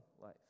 life